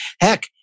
heck